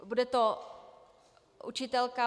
Bude to učitelka?